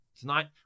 tonight